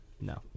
No